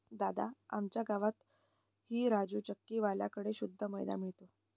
दादा, आमच्या गावातही राजू चक्की वाल्या कड़े शुद्ध मैदा मिळतो